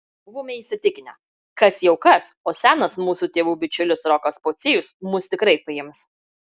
buvome įsitikinę kas jau kas o senas mūsų tėvų bičiulis rokas pociejus mus tikrai paims